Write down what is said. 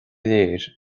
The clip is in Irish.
léir